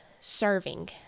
serving